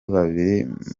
babiri